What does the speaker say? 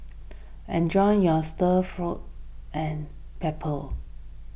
enjoy your Stir Fry and pepper